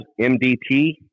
MDT